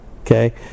Okay